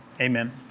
Amen